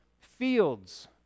fields